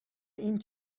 این